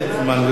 אין זמן.